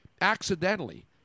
accidentally